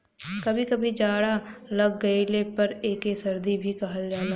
कभी कभी जाड़ा लाग गइले पर एके सर्दी भी कहल जाला